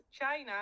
china